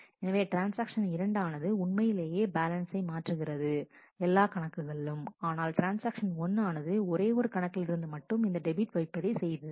எனவே ட்ரான்ஸ்ஆக்ஷன் 2 ஆனது உண்மையிலேயே பேலன்சை மாற்றுகிறது எல்லா கணக்குகளிலும் ஆனால் ட்ரான்ஸ்ஆக்ஷன் 1 ஆனது ஒரே ஒரு கணக்கிலிருந்து மட்டும் இந்தப் டெபிட் வைப்பதை செய்தது